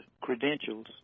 credentials